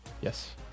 Yes